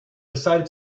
decided